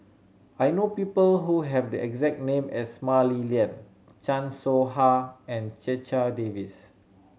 I know people who have the exact name as Mah Li Lian Chan Soh Ha and Checha Davies